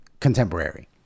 contemporary